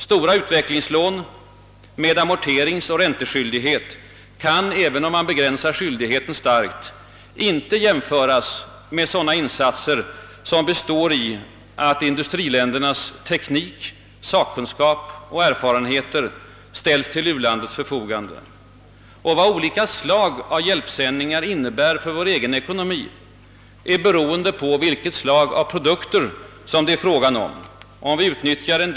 Stora utvecklingslån med amorteringsoch ränteskyldighet kan, även om man begränsar skyldigheten starkt, inte jämföras med sådana insatser som består i-att industriländernas teknik, sakkunskap och erfarenheter ställs till u-landets förfogande. Vad olika slag av hjälpsändningar innebär för vår egen ekonomi beror på vilket slag av produkter det är fråga om, om vi utnyttjar en.